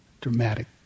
Dramatic